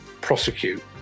prosecute